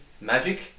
Magic